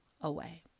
away